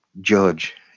judge